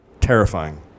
terrifying